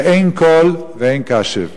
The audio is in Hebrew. ואין קול ואין קשב.